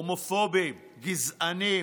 הומופובים, גזענים.